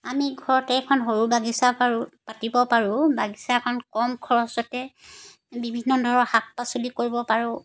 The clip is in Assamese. আমি ঘৰতে এখন সৰু বাগিচা পাৰোঁ পাতিব পাৰোঁ বাগিচাখন কম খৰচতে বিভিন্ন ধৰক শাক পাচলি কৰিব পাৰোঁ